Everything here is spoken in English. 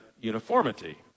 uniformity